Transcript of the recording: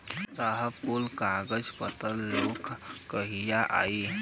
साहब कुल कागज पतर लेके कहिया आई?